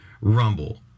Rumble